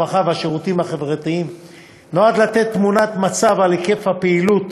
הרווחה והשירותים החברתיים נועד לתת תמונת מצב על היקף הפעילות